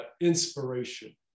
inspiration